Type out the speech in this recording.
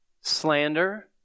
slander